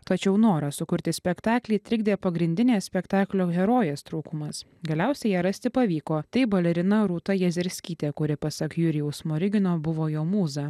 tačiau noras sukurti spektaklį trikdė pagrindinės spektaklio herojės trūkumas galiausiai ją rasti pavyko tai balerina rūta jezerskytė kuri pasak jurijaus smorigino buvo jo mūza